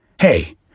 Hey